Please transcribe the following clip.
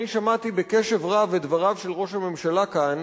שמעתי בקשב רב את דבריו של ראש הממשלה כאן